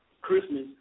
Christmas